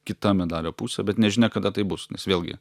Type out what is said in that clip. kita medalio pusė bet nežinia kada tai bus nes vėlgi